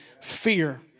fear